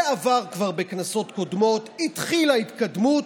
זה עבר כבר בכנסות קודמות, התחילה ההתקדמות,